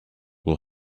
will